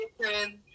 different